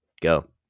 Go